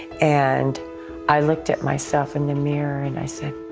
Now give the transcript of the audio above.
and i looked at myself in the mirror, and i said,